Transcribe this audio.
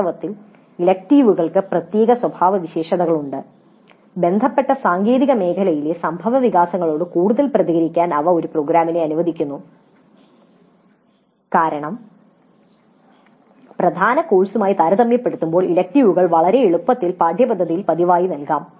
വാസ്തവത്തിൽ ഇലക്ടീവുകൾക്ക് പ്രത്യേക സ്വഭാവ സവിശേഷതകളുണ്ട് ബന്ധപ്പെട്ട സാങ്കേതിക മേഖലയിലെ സംഭവവികാസങ്ങളോട് കൂടുതൽ പ്രതികരിക്കാൻ അവ ഒരു പ്രോഗ്രാമിനെ അനുവദിക്കുന്നു കാരണം പ്രധാന കോഴ്സുകളുമായി താരതമ്യപ്പെടുത്തുമ്പോൾ ഇലക്ടീവുകൾ വളരെ എളുപ്പത്തിൽ പാഠ്യപദ്ധതിയിൽ പതിവായി നൽകാം